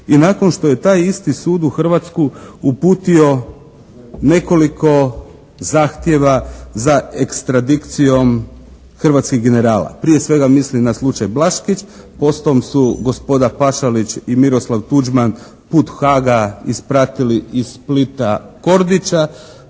i nakon što je taj isti sud u Hrvatsku uputio nekoliko zahtjeva za ekstradikcijom hrvatskih generala. Prije svega mislim na slučaj Blaškić. Potom su gospoda Pašalić i Miroslav Tuđman put Haaga ispratili iz Splita Kordića.